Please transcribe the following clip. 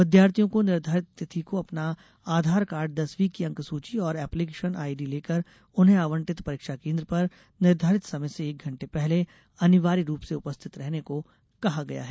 विद्यार्थियों को निर्घारित तिथि को अपना आधार कार्ड दसवीं की अंक सूची और एप्लीकेशन आईडी लेकर उन्हें आवंटित परीक्षा केन्द्र पर निर्धारित समय से एक घंटे पहले अनिवार्य रूप से उपस्थित रहने को कहा गया है